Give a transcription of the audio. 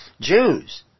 Jews